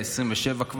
ה-27,